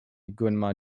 gunma